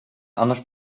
annars